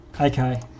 Okay